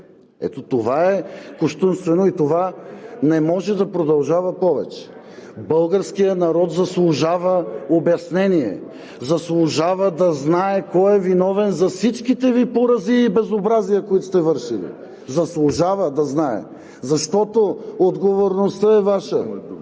Ето това е кощунствено и не може да продължава повече! Българският народ заслужава обяснение, заслужава да знае кой е виновен за всичките Ви поразии и безобразия, които сте вършили! Заслужава да знае, защото отговорността е Ваша!